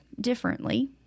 differently